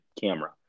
camera